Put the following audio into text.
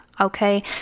okay